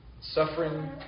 Suffering